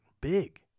Big